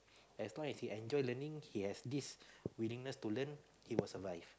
as long as he enjoy learning he has this willingness to learn he will survive